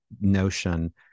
notion